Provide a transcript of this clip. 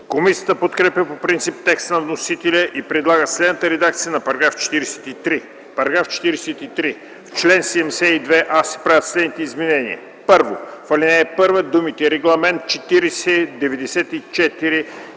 Комисията подкрепя по принцип текста на вносителя и предлага следната редакция на § 43: „§ 43. В чл. 72а се правят следните изменения: 1. В ал. 1 думите „Регламент 40/94/ЕС